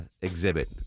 exhibit